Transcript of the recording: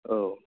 औ